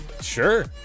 sure